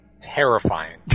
Terrifying